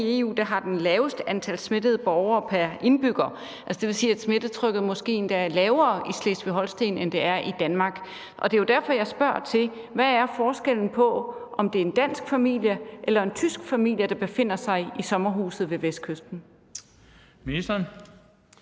der har det laveste antal smittede borgere pr. indbyggerantal. Det vil sige, at smittetrykket måske endda er lavere i Slesvig-Holsten, end det er i Danmark. Det er jo derfor, jeg spørger: Hvad er forskellen på, om det er en dansk familie eller en tysk familie, der befinder sig i sommerhuset ved Vestkysten? Kl.